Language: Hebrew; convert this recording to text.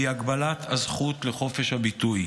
והיא הגבלת הזכות לחופש הביטוי.